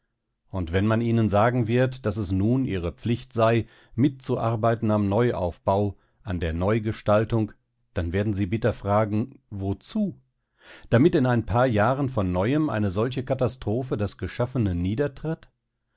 und wenn man ihnen sagen wird daß es nun ihre pflicht sei mitzuarbeiten am neuaufbau an der neugestaltung dann werden sie bitter fragen wozu damit in ein paar jahren von neuem eine solche katastrophe das geschaffene niedertritt